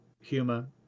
humor